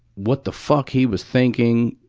what the fuck he was thinking,